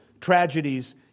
tragedies